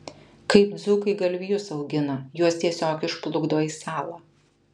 kaip dzūkai galvijus augina juos tiesiog išplukdo į salą